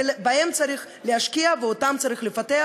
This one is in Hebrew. ובהם צריך להשקיע ואותם צריך לפתח.